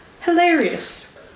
Hilarious